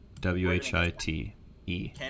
w-h-i-t-e